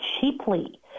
cheaply